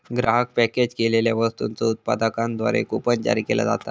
ग्राहक पॅकेज केलेल्यो वस्तूंच्यो उत्पादकांद्वारा कूपन जारी केला जाता